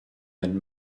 had